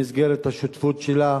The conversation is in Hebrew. במסגרת השותפות שלה